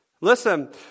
Listen